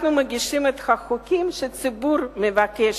אנחנו מגישים את החוקים שהציבור מבקש,